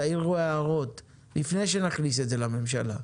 תעירו הערות לפני שנעביר את זה לממשלה?